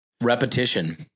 Repetition